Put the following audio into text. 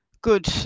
Good